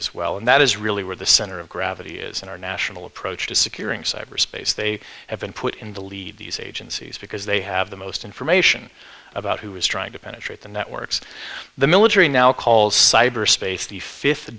as well and that is really where the center of gravity is in our national approach to securing cyberspace they have been put in the lead these agencies because they have the most information about who is trying to penetrate the networks the military now called cyberspace the fifth